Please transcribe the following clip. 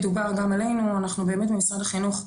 באמת במשרד החינוך,